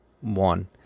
one